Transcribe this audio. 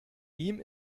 ihm